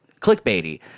clickbaity